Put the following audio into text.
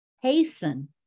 hasten